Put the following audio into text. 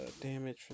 Damage